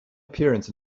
appearance